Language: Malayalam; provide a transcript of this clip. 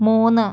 മൂന്ന്